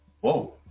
whoa